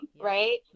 right